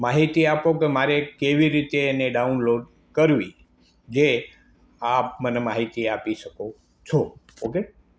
માહિતી આપો કે મારે કેવી રીતે એને ડાઉનલોડ કરવી જે આપ મને માહિતી આપી શકો છો ઓ કે